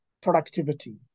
productivity